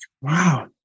wow